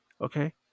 Okay